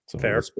Fair